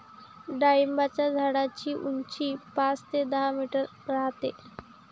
डाळिंबाच्या झाडाची उंची पाच ते दहा मीटर राहते